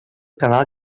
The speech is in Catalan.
canal